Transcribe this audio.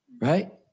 Right